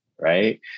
right